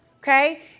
Okay